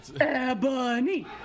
Ebony